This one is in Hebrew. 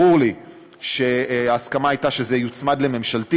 ברור לי שההסכמה הייתה שזה יוצמד לממשלתית,